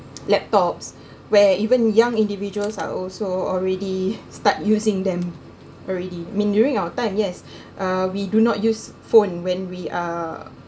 laptops where even young individuals are also already start using them already I mean during our time yes uh we do not use phone when we are